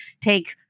take